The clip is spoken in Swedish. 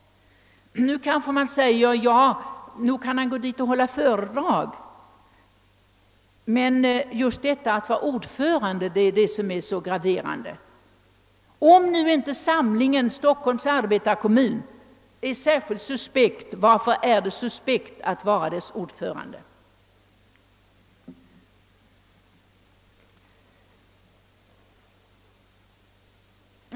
Kanske man invänder: >Nog kan han gå dit och hålla föredrag, men just detta att han är ordförande är så graverande.> Men om nu inte församlingen Stockholms Arbetarekommun är särskilt suspekt, varför är det suspekt att vara dess ordförande?